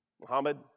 Muhammad